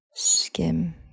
skim